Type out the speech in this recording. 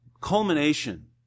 culmination